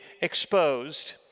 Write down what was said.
exposed